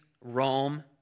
Rome